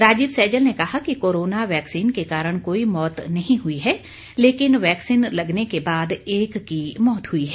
राजीव सैजल ने कहा कि कोरोना वैक्सीन के कारण कोई मौत नहीं हुई है लेकिन वैक्सीन लगने के बाद एक की मौत हुई है